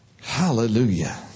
Hallelujah